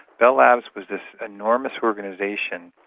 bell labs was this enormous organisation.